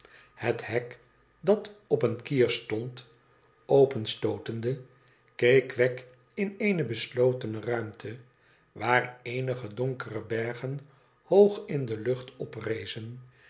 het hek dat op eën kier stond openstootende keek wegg in eene beslotene ruimte waar eenige donkere bergen hoog in de lucht oprezen